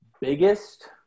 biggest